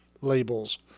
labels